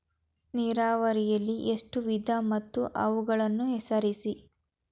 ನೀರಾವರಿಯಲ್ಲಿ ಎಷ್ಟು ವಿಧ ಮತ್ತು ಅವುಗಳನ್ನು ಹೆಸರಿಸಿ?